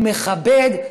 הוא מכבד,